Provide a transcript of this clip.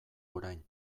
orain